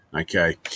Okay